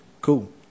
cool